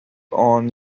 own